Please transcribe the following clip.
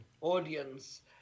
audience